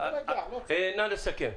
נא לסכם.